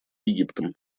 египтом